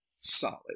solid